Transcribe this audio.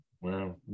Wow